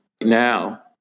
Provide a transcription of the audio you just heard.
now